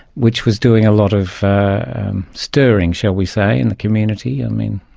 which was doing a lot of stirring, shall we say, in the community. i mean,